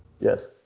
Yes